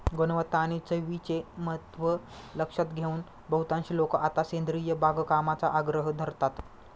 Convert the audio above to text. गुणवत्ता आणि चवीचे महत्त्व लक्षात घेऊन बहुतांश लोक आता सेंद्रिय बागकामाचा आग्रह धरतात